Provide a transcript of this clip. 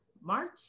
March